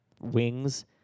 Wings